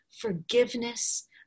forgiveness